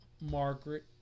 Margaret